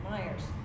Myers